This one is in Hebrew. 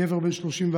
גבר בן 37,